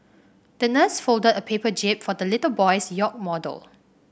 the nurse folded a paper jib for the little boy's yacht model